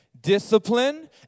Discipline